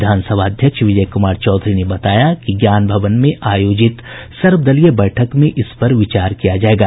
विधानसभा अध्यक्ष विजय कुमार चौधरी ने बताया कि ज्ञान भवन में आयोजित सर्वदलीय बैठक में इस पर विचार किया जायेगा